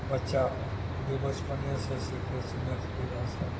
बच्चा भी बचपने सँ सिखै छै मैथिली भाषा